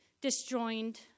disjoined